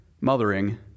mothering